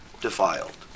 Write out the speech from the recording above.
defiled